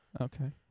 Okay